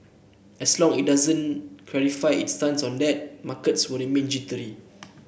as long it doesn't clarify its stance on that markets will remain jittery